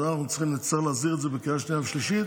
ונצטרך להסדיר את זה בקריאה שנייה ושלישית,